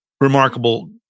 remarkable